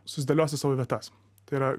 susidėlios į savo vietas tai yra